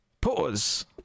Pause